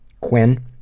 Quinn